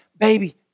baby